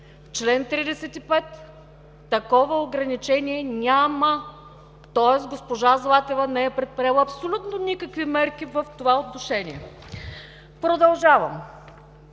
чл. 35 такова ограничение няма, тоест госпожа Златева не е предприела никакви мерки в това отношение. Продължавам.